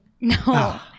No